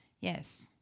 Yes